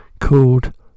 called